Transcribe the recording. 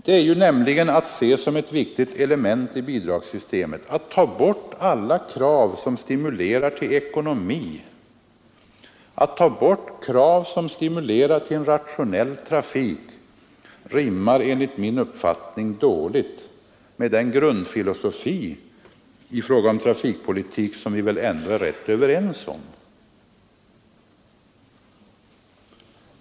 Det är nämligen att se som ett viktigt element i bidragssystemet. Att ta bort alla krav som stimulerar till ekonomi och till en rationell trafik rimmar enligt min uppfattning dåligt med den grundfilosofi i fråga om trafikpolitik som vi väl ändå är rätt överens om.